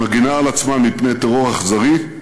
שמגינה על עצמה מפני טרור אכזרי,